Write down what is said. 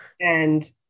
And-